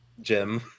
Jim